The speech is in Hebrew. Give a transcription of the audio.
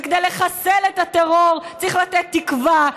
וכדי לחסל את הטרור צריך לתת תקווה,